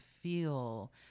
feel